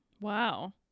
Wow